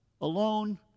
alone